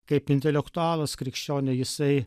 kaip intelektualas krikščionių jisai